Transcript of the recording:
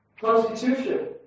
constitution